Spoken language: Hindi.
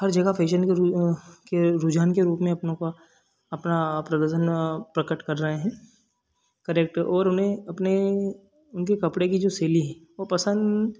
हर जगह फेशन के रू के रूझान के रूप में अपनों का अपना प्रदर्शन प्रकट कर रहे हैं करेक्ट और उन्हें अपने उनके कपड़े की जो सिली है वो पसंद